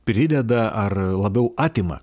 prideda ar labiau atima